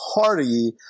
party